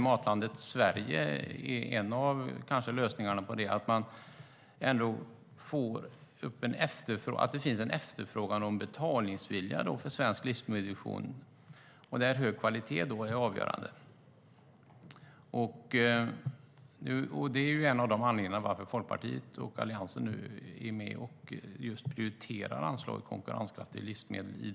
Matlandet Sverige kan vara en av lösningarna för att det ska finnas en efterfrågan och en betalningsvilja när det gäller svensk livsmedelsproduktion. Då är hög kvalitet avgörande. Det är en av anledningarna till att Folkpartiet och Alliansen nu är med och prioriterar anslaget Konkurrenskraftiga livsmedel.